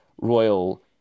royal